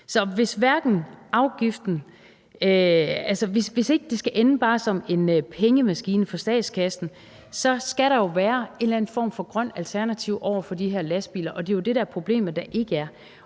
hvis ikke det bare skal ende som en pengemaskine for statskassen, skal der jo være en eller anden form for grønt alternativ til de her lastbiler, og det er jo det, der er problemet, for det er